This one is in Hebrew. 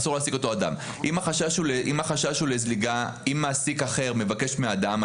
אם מעסיק אחר מבקש מאדם,